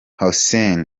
hussein